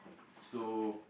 so